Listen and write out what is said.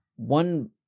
one